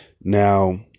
Now